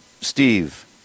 Steve